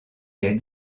les